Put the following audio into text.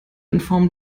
inform